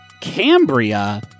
Cambria